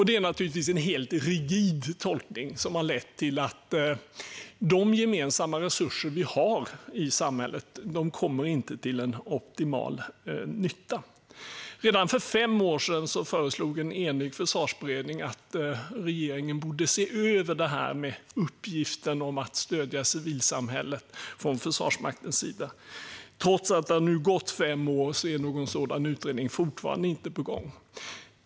Det är naturligtvis en helt rigid tolkning som har lett till att de gemensamma resurser vi har i samhället inte kommer till optimal nytta. Redan för fem år sedan föreslog en enig försvarsberedning att regeringen skulle se över detta med uppgiften för Försvarsmakten att stödja civilsamhället. Trots att det nu har gått fem år är någon sådan utredning fortfarande inte på gång.